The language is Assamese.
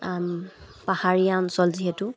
পাহাৰীয়া অঞ্চল যিহেতু